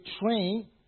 train